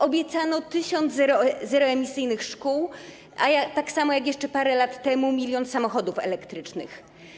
Obiecano tysiąc zeroemisyjnych szkół, tak samo jak jeszcze parę lat temu milion samochodów elektrycznych.